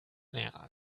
lehrer